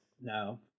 no